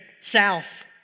south